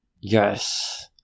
Yes